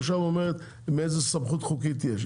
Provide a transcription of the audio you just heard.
עכשיו היא אומרת: מאיזה סמכות חוקית יש.